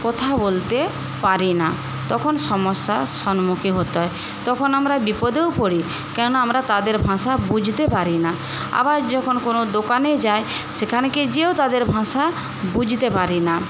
কথা বলতে পারি না তখন সমস্যা সম্মুখীন হতে হয় তখন আমরা বিপদেও পরি কেননা আমরা তাদের ভাষা বুঝতে পারি না আবার যখন কোন দোকানে যাই সেখানকে যেও তাদের ভাষা বুঝতে পারি না